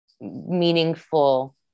meaningful